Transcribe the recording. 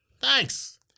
Thanks